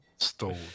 Stole